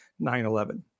9-11